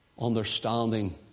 Understanding